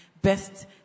best